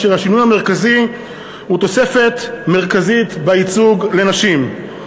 והשינוי המרכזי הוא תוספת מרכזית בייצוג לנשים.